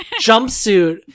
jumpsuit